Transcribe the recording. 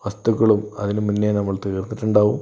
വസ്തുക്കളും അതിനും മുന്നേ നമ്മൾ തീർത്തിട്ടുണ്ടാവും